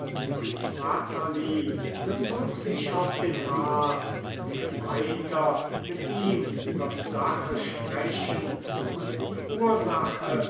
und natalie bezog sich auf den arzt der weiter mit ihm über die sache sprechen und die ursache